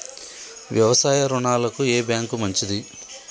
వ్యవసాయ రుణాలకు ఏ బ్యాంక్ మంచిది?